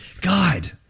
God